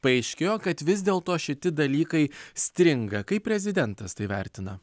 paaiškėjo kad vis dėl to šiti dalykai stringa kaip prezidentas tai vertina